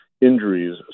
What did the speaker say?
injuries